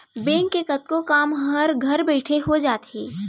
bank के कतको काम हर घर बइठे अब हो जाथे